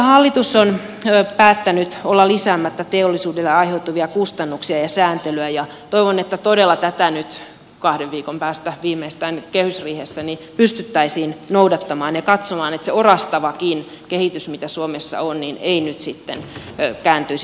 hallitus on päättänyt olla lisäämättä teollisuudelle aiheutuvia kustannuksia ja sääntelyä ja toivon että todella tätä nyt kahden viikon päästä viimeistään kehysriihessä pystyttäisiin noudattamaan ja katsomaan että se orastavakin kehitys mitä suomessa on ei nyt sitten kääntyisi toiseen suuntaan